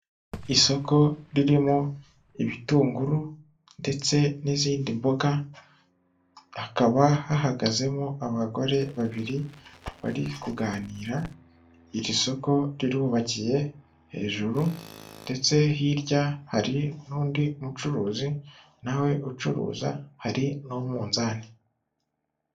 Isoko ririmo ibitunguru ndetse n'izindi mboga hakaba hahagazemo abagore babiri bari kuganira. Iri soko rirubakiye hejuru ndetse hirya hari n'undi mucuruzi nawe ucuruza hari n'umunzani.